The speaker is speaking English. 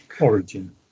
origin